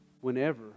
whenever